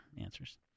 answers